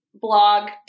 blog